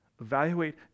Evaluate